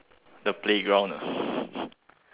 the playground